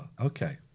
Okay